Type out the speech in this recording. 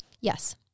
Yes